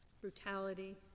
brutality